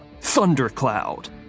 Thundercloud